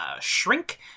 shrink